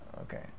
okay